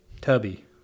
Tubby